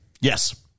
yes